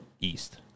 east